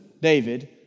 David